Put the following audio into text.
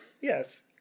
Yes